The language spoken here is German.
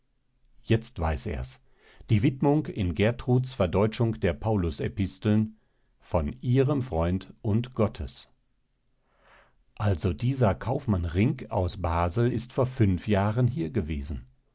jetzt weiß er's die widmung in gertruds verdeutschung der paulus episteln von ihrem freund und gottes also dieser kaufmann rinck aus basel ist vor fünf jahren hier gewesen